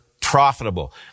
profitable